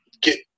get